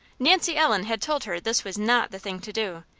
nancy ellen had told her this was not the thing to do.